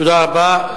תודה רבה.